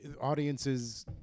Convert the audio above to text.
Audiences